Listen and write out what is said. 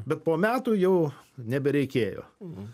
bet po metų jau nebereikėjo